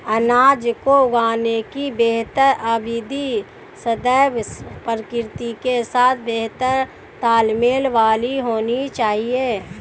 अनाज को उगाने की बेहतर प्रविधि सदैव प्रकृति के साथ बेहतर तालमेल वाली होनी चाहिए